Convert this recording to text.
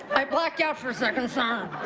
i blacked out for a second, sir.